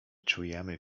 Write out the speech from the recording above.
czujemy